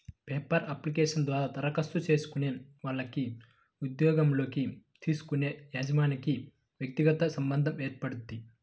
paper application ద్వారా దరఖాస్తు చేసుకునే వాళ్లకి ఉద్యోగంలోకి తీసుకునే యజమానికి వ్యక్తిగత సంబంధం ఏర్పడుద్ది